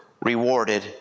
rewarded